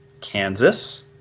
Kansas